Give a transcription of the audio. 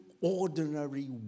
ordinary